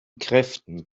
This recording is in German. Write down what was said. kräften